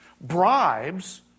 bribes